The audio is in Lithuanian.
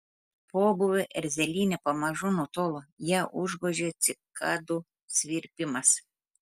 pobūvio erzelynė pamažu nutolo ją užgožė cikadų svirpimas